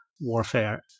warfare